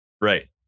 Right